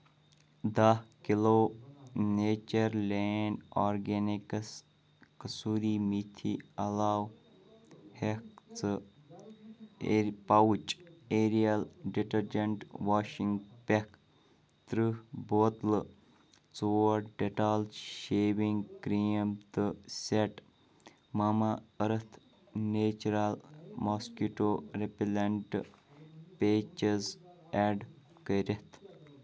دَہ kilo Nature Land organics کسوٗری میتھی علاوٕ ہٮ۪کھ ژٕ ایرِ pouch Ariel detergent washing pack تٕرٛہ بوتلہٕ ژور ڈِٹال شیوِنٛگ کرٛیٖم تہٕ set Mamaearth natural mosquito repellent patches add کٔرِتھ